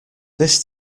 this